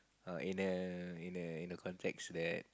err in a in a in a context that